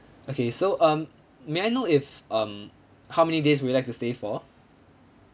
okay so um may I know if um how many days would you like to stay for